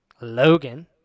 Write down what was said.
Logan